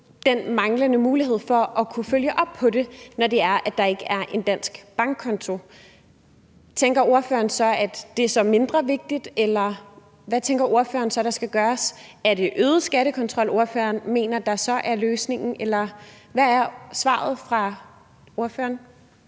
den manglende mulighed for at kunne følge op på det, når der ikke er en dansk bankkonto. Tænker ordføreren, at det er mindre vigtigt, eller hvad tænker ordføreren der skal gøres? Er det øget skattekontrol, ordføreren så mener er løsningen, eller hvad er svaret fra ordføreren?